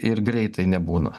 ir greitai nebūna